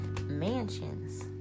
mansions